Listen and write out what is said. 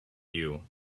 you